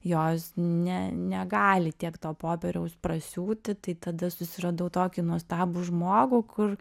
jos ne negali tiek to popieriaus prasiūti tai tada susiradau tokį nuostabų žmogų kur